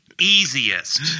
easiest